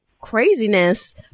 craziness